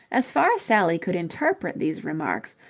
as far as sally could interpret these remarks,